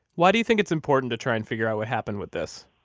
why do you think it's important to try and figure out what happened with this?